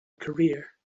career